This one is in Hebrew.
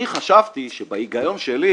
אני חשבתי בהיגיון שלי